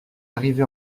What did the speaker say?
arrivé